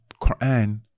Quran